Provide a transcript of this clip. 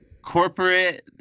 Corporate